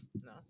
No